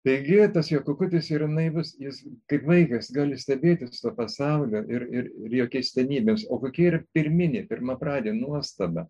taigi tas jo kukutis yra naivius jis kaip vaikas gali stebėtis pasauliu ir ir jo keistenybės o kokia yra pirminė pirmapradė nuostaba